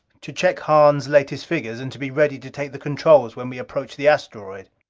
to check hahn's latest figures and to be ready to take the controls when we approached the asteroid.